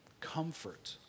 comfort